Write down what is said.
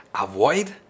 avoid